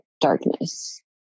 darkness